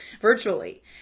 virtually